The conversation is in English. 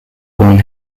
born